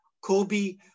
Kobe